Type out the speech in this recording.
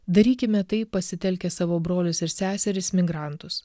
darykime tai pasitelkę savo brolius ir seseris migrantus